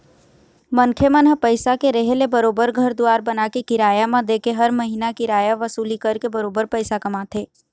मनखे मन ह पइसा के रेहे ले बरोबर घर दुवार बनाके, किराया म देके हर महिना किराया वसूली करके बरोबर पइसा कमाथे